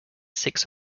six